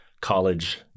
college